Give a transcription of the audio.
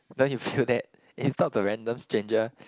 don't you feel that if you talk to a random stranger